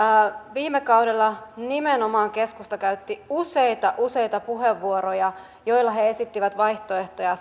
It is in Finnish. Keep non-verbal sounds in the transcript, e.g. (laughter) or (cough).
viime kaudella nimenomaan keskusta käytti useita useita puheenvuoroja joissa he esittivät vaihtoehtoja (unintelligible)